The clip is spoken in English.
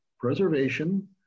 preservation